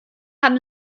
haben